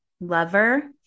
Lover